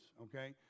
okay